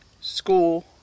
school